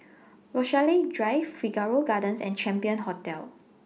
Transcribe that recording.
Rochalie Drive Figaro Gardens and Champion Hotel